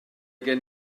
gen